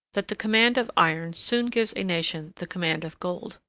that the command of iron soon gives a nation the command of gold.